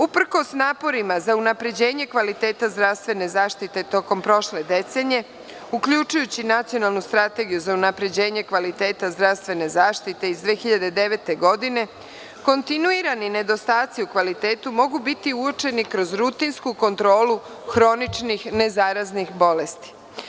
Uprkos naporima za unapređenje kvaliteta zdravstvene zaštite tokom prošle decenije, uključujući nacionalnu strategiju za unapređenje kvaliteta zdravstvene zaštite iz 2009. godine, kontinuirani nedostaci u kvalitetu mogu biti uočeni kroz rutinsku kontrolu hroničnih nezaraznih bolesti.